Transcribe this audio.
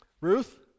Ruth